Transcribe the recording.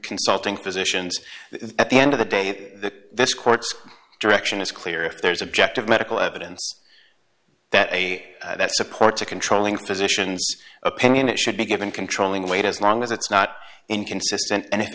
consulting physicians at the end of the day that this court's direction is clear if there's objective medical evidence that way that supports a controlling positions opinion it should be given controlling weight as long as it's not inconsistent and if